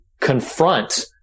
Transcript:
confront